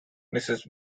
mrs